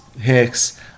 Hicks